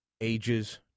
ages